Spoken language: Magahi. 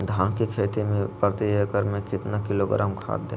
धान की खेती में प्रति एकड़ में कितना किलोग्राम खाद दे?